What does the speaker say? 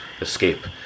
escape